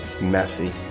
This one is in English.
messy